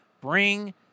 Bring